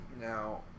Now